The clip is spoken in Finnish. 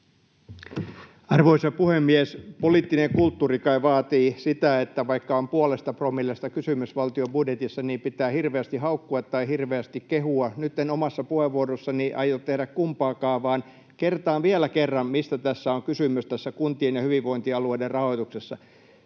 Arvoisa puhemies! Poliittinen kulttuuri kai vaatii sitä, että vaikka on puolesta promillesta kysymys valtion budjetissa, niin pitää hirveästi haukkua tai hirveästi kehua. Nyt en omassa puheenvuorossani aio tehdä kumpaakaan vaan kertaan vielä kerran, mistä on kysymys tässä kuntien ja hyvinvointialueiden rahoituksessa.